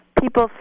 people